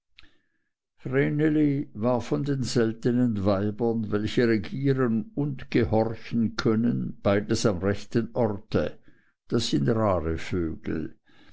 war von den seltenen weibern welche regieren und gehorchen können beides am rechten orte das sind rare vögel